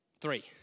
Three